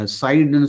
side